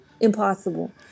impossible